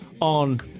on